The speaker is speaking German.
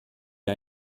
wir